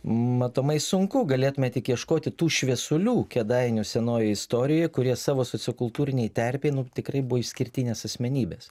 matomai sunku galėtume tik ieškoti tų šviesulių kėdainių senojoj istorijoj kurie savo sociokultūrinėj terpėj tikrai buvo išskirtinės asmenybės